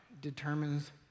determines